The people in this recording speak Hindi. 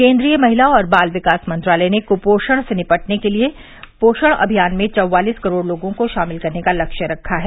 केन्द्रीय महिला और बाल विकास मंत्रालय ने कुपोषण से निपटने के लिये पोषण अभियान में चौवालीस करोड़ लोगों शामिल करने का लक्ष्य रखा है